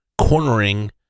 cornering